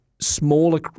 smaller